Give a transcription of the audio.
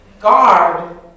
guard